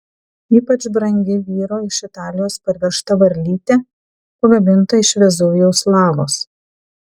ypač brangi vyro iš italijos parvežta varlytė pagaminta iš vezuvijaus lavos